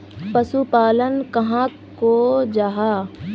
पशुपालन कहाक को जाहा?